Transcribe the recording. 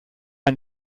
ein